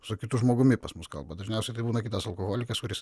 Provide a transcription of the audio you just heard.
su kitu žmogumi pas mus kalba dažniausiai tai būna kitas alkoholikas kuris